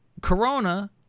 Corona